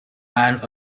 and